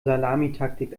salamitaktik